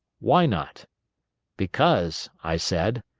why not because, i said,